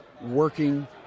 working